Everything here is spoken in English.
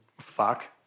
fuck